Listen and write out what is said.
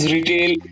Retail